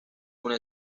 una